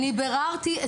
ביררתי.